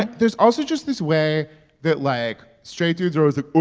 and there's also just this way that like straight dudes are always like,